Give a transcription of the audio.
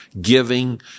giving